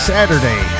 Saturday